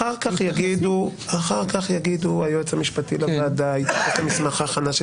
אחר כך היועץ המשפטי לוועדה יתייחס למסמך ההכנה,